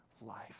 life